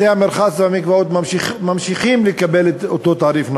כשבתי-המרחץ והמקוואות ממשיכים לקבל את אותו תעריף נמוך.